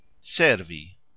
SERVI